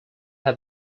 had